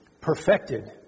perfected